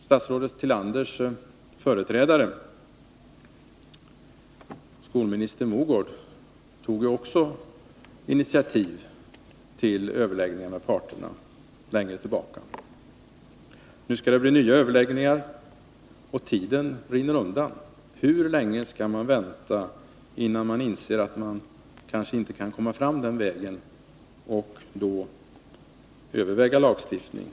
Statsrådet Tillanders företrädare, skolministern Mogård, tog också initiativ till nya överläggningar med parterna längre tillbaka. Nu skall det bli nya överläggningar, och tiden rinner undan. Hur länge skall vi vänta innan man inser att man kanske inte kan komma fram på den vägen och då Nr 50 överväga lagstiftning?